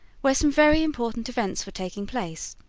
where some very important events were taking place.